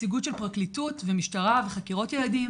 נציגות של פרקליטות ומשטרה וחקירות ילדים